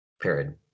Period